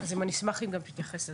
אני אשמח אם גם תתייחס לזה.